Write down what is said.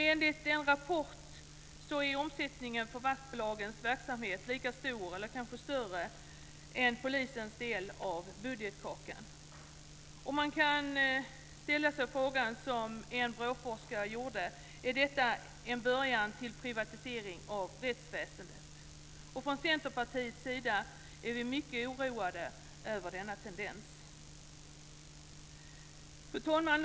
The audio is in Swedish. Enligt en rapport är omsättningen för vaktbolagens verksamhet lika stor som, eller kanske större än, polisens del av budgetkakan. Man kan ställa sig frågan, som en BRÅ-forskare gjorde: Är detta en början till privatisering av rättsväsendet? Från Centerpartiets sida är vi mycket oroade över denna tendens. Fru talman!